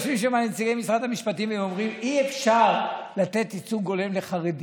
יושבים שם נציגי משרד המשפטים ואומרים: אי-אפשר לתת ייצוג הולם לחרדים.